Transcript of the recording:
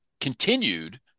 continued